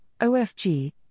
OFG